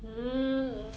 hmm